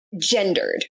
gendered